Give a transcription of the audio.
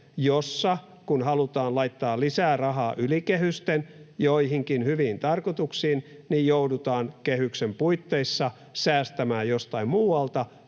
jossa, kun halutaan laittaa lisää rahaa yli kehysten joihinkin hyviin tarkoituksiin, joudutaan kehyksen puitteissa säästämään jostain muualta,